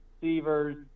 receivers